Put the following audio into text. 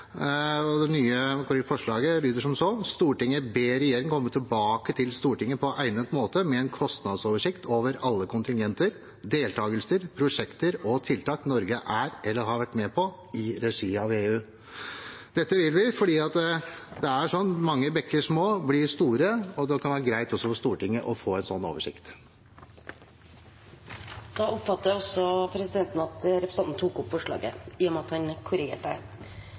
nye forslaget lyder: «Stortinget ber regjeringen komme tilbake til Stortinget på egnet måte med en kostnadsoversikt over alle kontingenter, deltakelser, prosjekter og tiltak Norge er eller har vært med på i regi av EU.» Dette vil vi fordi det er sånn at mange bekker små blir store. Og det kan det være greit også for Stortinget å få en sånn oversikt. Da har representanten Morten Stordalen tatt opp forslaget han refererte. Senterpartiet støttar ikkje no å gi samtykke til deltaking i